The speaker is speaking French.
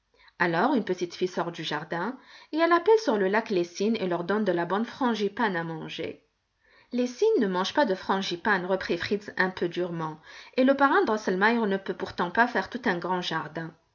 alors une petite fille sort du jardin et elle appelle sur le lac les cygnes et leur donne de la bonne frangipane à manger les cygnes ne mangent pas de frangipane reprit fritz un peu durement et le parrain drosselmeier ne peut pourtant pas faire tout un grand jardin